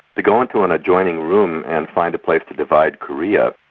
to go into an adjoining room and find a place to divide korea,